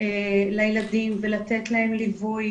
לילדים ולתת להם ליווי,